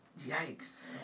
Yikes